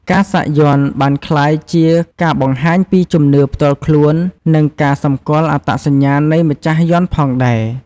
ការសាក់យ័ន្តបានក្លាយជាការបង្ហាញពីជំនឿផ្ទាល់ខ្លួន និងការសម្គាល់អត្តសញ្ញាណនៃម្ចាស់យ័ន្តផងដែរ។